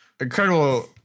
incredible